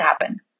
happen